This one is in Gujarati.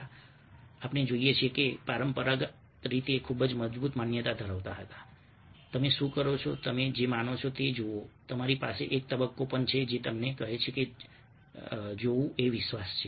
તેથી અમે જોઈએ છીએ કે અમે પરંપરાગત રીતે ખૂબ જ મજબૂત માન્યતા ધરાવતા હતા કે તમે શું કરો છો તમે જે માનો છો તે જુઓ અમારી પાસે એક તબક્કો પણ છે જે અમને કહે છે કે જોવું એ વિશ્વાસ છે